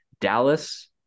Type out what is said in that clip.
Dallas